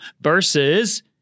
versus